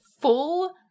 full